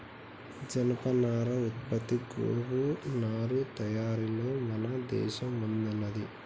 జనపనార ఉత్పత్తి గోగు నారా తయారీలలో మన దేశం ముందున్నది